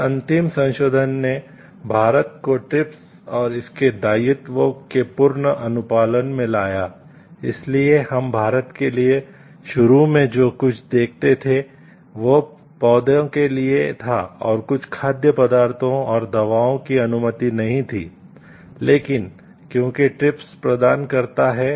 इस अंतिम संशोधन ने भारत को ट्रिप्स प्रदान करना शुरू करने के लिए पहुंच प्रदान करता है